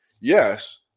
yes